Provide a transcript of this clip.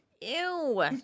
Ew